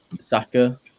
Saka